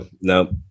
No